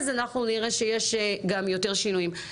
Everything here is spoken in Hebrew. אז אנחנו נראה שיש גם יותר שינויים.